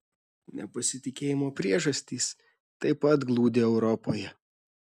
nepasitikėjimo priežastys taip pat glūdi europoje